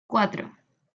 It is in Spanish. cuatro